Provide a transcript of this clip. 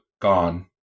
gone